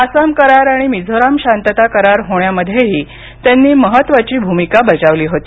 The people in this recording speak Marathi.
आसाम करार आणि मिझोराम शांतता करार होण्यामध्येही त्यांनी महत्त्वाची भूमिका बजावली होती